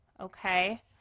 okay